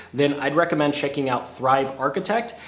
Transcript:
then i'd recommend checking out thrive architect,